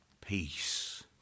peace